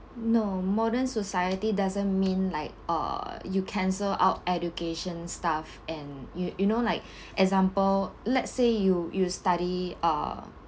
no modern society doesn't mean like uh you cancel out education stuff and you you know like example let's say you you study uh